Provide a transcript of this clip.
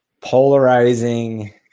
polarizing